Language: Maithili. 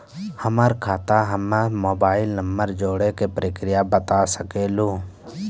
हमर खाता हम्मे मोबाइल नंबर जोड़े के प्रक्रिया बता सकें लू?